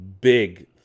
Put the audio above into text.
big